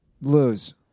Lose